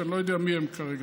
שאני לא יודע מי הם כרגע.